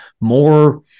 more